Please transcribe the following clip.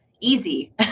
easy